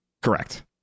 correct